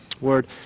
word